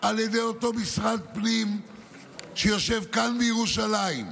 על ידי אותו משרד פנים שיושב כאן בירושלים.